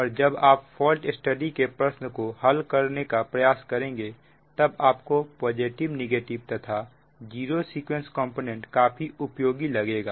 और जब आप फॉल्ट स्टडी के प्रश्न को हल करने का प्रयास करेंगे तब आप को पॉजिटिव नेगेटिव तथा जीरो सीक्वेंस कॉम्पोनेंट काफी उपयोगी लगेगा